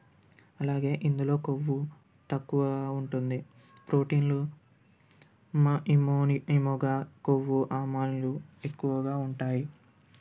అలాగే ఇందులో కొవ్వు తక్కువగా ఉంటుంది ప్రోటీన్లు మా ఇమోని ఇమోగా కొవ్వు ఆమాన్లు ఎక్కువగా ఉంటాయి